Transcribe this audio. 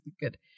good